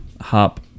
hop